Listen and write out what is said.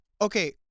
okay